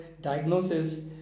diagnosis